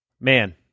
Man